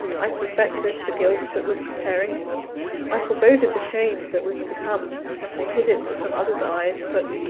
i suspected the guilt that was preparing i foreboded the shame that was to come they hid it from others' eyes but,